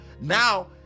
now